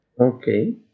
Okay